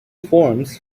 forms